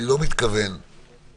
אנחנו הרי מדברים פה על